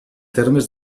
termes